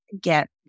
get